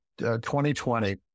2020